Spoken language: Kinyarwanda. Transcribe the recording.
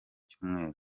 cyumweru